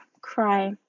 cry